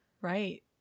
Right